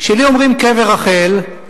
כשלי אומרים קבר רחל,